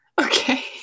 Okay